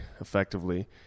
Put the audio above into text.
effectively